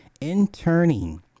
interning